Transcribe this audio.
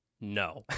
No